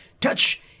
Touch